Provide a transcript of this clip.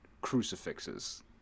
crucifixes